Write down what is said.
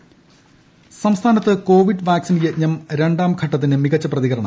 Covid vaccine രണ്ടാം ഘട്ടം സംസ്ഥാനത്ത് കോവിഡ് വാക്സിൻ യജ്ഞം രണ്ടാം ഘട്ടത്തിന് മികച്ച പ്രതികരണം